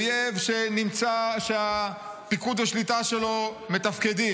אויב שנמצא, שפיקוד השליטה שלו מתפקד,